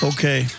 Okay